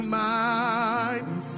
mighty